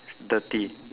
dirty